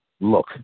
look